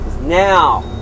now